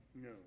No